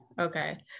Okay